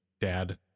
dad